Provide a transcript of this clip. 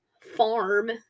farm